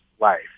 life